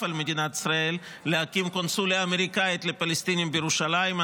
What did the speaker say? על מדינת ישראל להקים קונסוליה אמריקאית לפלסטינים בירושלים.